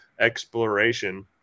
exploration